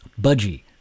Budgie